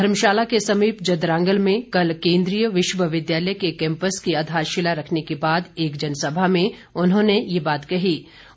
धर्मशाला के समीप जदरांगल में कल केंद्रीय विश्वविद्यालय के कैंपस की आधारशिला रखने के बाद एक जनसभा में उन्होंने ये बात कही कही